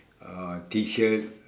uh T shirt